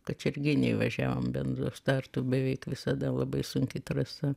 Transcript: kačerginėj važiavom bendru startu beveik visada labai sunki trasa